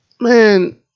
Man